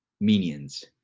minions